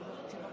15 דקות לרשותך.